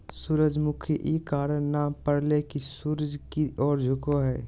सूरजमुखी इ कारण नाम परले की सूर्य की ओर झुको हइ